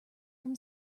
from